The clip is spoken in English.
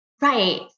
Right